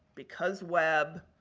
because web,